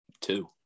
two